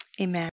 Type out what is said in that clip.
Amen